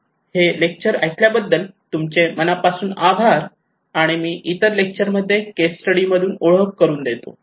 हे लेक्चर ऐकल्याबद्दल तुमचे मनापासून आभार आणि मी इतर लेक्चर मध्ये केस स्टडी मधून ओळख करुन देतो